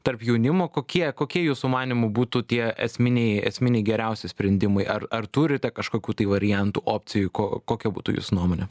tarp jaunimo kokie kokie jūsų manymu būtų tie esminiai esminiai geriausi sprendimai ar ar turite kažkokių tai variantų opcijų ko kokia būtų jus nuomonė